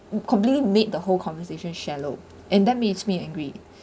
completely made the whole conversation shallow and that makes me angry